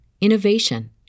innovation